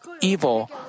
evil